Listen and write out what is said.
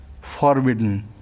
forbidden